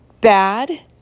bad